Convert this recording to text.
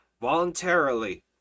voluntarily